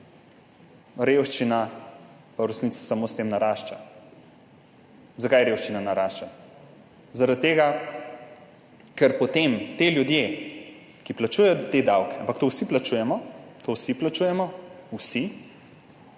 revščina pa v resnici samo s tem narašča. Zakaj revščina narašča? Zaradi tega, ker potem ti ljudje, ki plačujejo te davke, ampak to vsi plačujemo, to vsi plačujemo, vsi